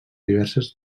diverses